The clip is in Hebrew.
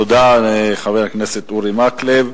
תודה, חבר הכנסת אורי מקלב.